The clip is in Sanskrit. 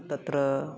तत्र